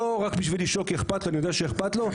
לא רק בשביל לשאול כי אכפת לו, אני יודע שאכפת לו.